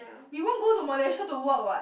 we won't go to Malaysia to work what